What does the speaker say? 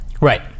Right